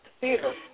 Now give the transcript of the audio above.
theater